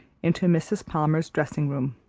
into mrs. palmer's dressing-room.